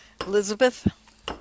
Elizabeth